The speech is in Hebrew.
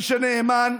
מי שנאמן,